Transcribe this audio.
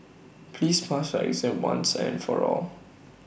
please pass our exam once and for all